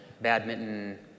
badminton